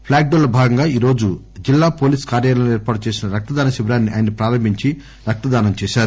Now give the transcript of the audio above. ప్లాగ్ day లో భాగంగా ఈరోజు జిల్లా పోలీసు కార్యాలయంలో ఏర్పాటు చేసిన రక్తదాన శిబిరాన్ని ఆయన ప్రారంభించి రక్తదానం చేశారు